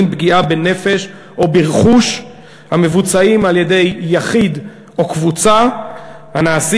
פגיעה בנפש או ברכוש המבוצעים על-ידי יחיד או קבוצה ונעשים